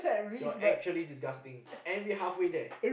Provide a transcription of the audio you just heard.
you're actually disgusting and we half way there